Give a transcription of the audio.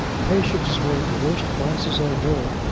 patience is one of the worst vices i know.